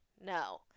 No